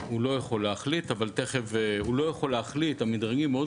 הוא לא יכול להחליט, המדרגים מאוד ברורים.